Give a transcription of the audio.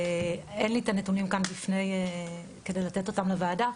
אין לי את הנתונים כאן כדי לתת אותם לוועדה,